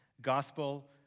gospel